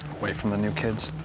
away from the new kids.